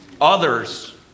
others